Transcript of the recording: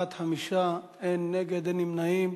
בעד, 5, אין נגד, אין נמנעים.